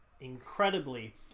incredibly